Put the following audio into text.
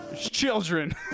Children